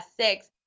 six